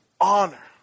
honor